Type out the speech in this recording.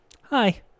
Hi